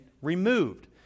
removed